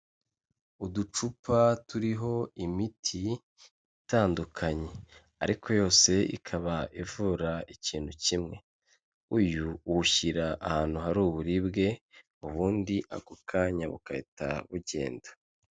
Uducupa turiho imiti itandukanye, ariko yose ikaba ivura ikintu kimwe. Uyu uwushyira ahantu hari uburibwe ubundi ako kanya bugahita bugenda.